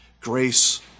Grace